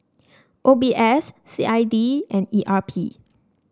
O B S C I D and E R P